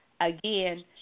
again